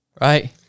right